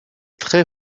très